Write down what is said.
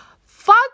fuck